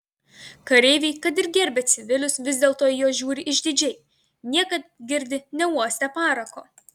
kareiviai kad ir gerbia civilius vis dėlto į juos žiūri išdidžiai niekad girdi neuostę parako